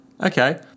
Okay